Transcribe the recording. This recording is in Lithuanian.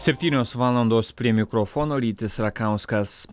septynios valandos prie mikrofono rytis rakauskas